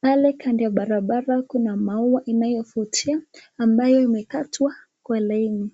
Pale kando ya barabara kuna maua inayovutia ambayo imekatwa kwa laini.